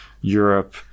Europe